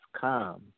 come